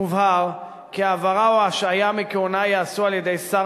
מובהר כי העברה או השעיה מכהונה ייעשו על-ידי שר